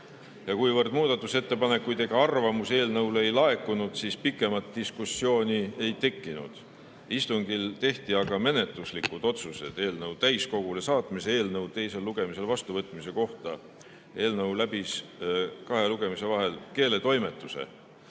saata. Kuna muudatusettepanekuid ega arvamusi eelnõu kohta ei laekunud, siis pikemat diskussiooni ei tekkinud. Istungil tehti aga menetluslikud otsused eelnõu täiskogu istungile saatmise ja teisel lugemisel vastuvõtmise kohta. Eelnõu läbis kahe lugemise vahel ka keeletoimetuse.